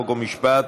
חוק ומשפט.